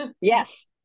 yes